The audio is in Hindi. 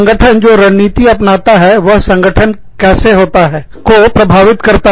संगठन जो रणनीति अपनाता है वहसंगठन कैसे होता है को प्रभावित करता है